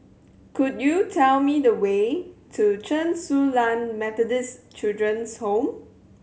could you tell me the way to Chen Su Lan Methodist Children's Home